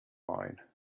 mine